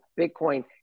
Bitcoin